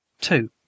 Two